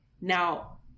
now